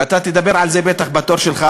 ואתה תדבר על זה בטח בתור שלך,